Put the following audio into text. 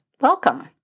Welcome